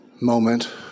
moment